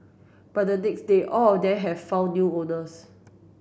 by the next day all of them have found new owners